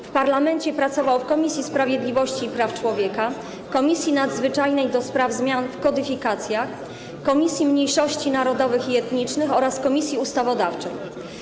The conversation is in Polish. W parlamencie pracował w Komisji Sprawiedliwości i Praw Człowieka, Komisji Nadzwyczajnej ds. zmian w kodyfikacjach, Komisji Mniejszości Narodowych i Etnicznych oraz Komisji Ustawodawczej.